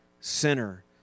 sinner